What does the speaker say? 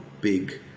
big